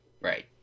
Right